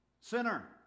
Sinner